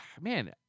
man